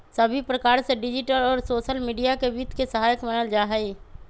सभी प्रकार से डिजिटल और सोसल मीडिया के वित्त के सहायक मानल जाहई